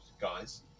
guys